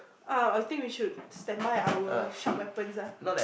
uh I think we should stand by our sharp weapons ah